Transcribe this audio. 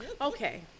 Okay